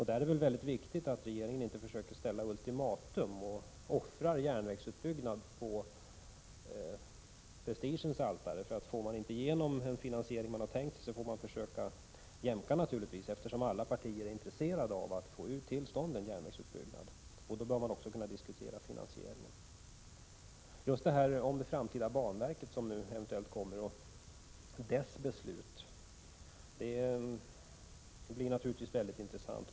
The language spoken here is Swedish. Det är mycket viktigt att regeringen inte försöker ställa ultimatum och offra järnvägsutbyggnaden på prestigens altare. Om man inte får igenom den finansiering man har tänkt sig, får man naturligtvis försöka jämka. Eftersom alla partier är intresserade av att få till stånd en järnvägsutbyggnad, bör man också kunna diskutera finansieringen. Slutligen några ord om banverket som eventuellt kommer och dess beslut. Det kommer naturligtvis att bli mycket intressant.